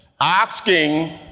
asking